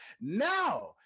now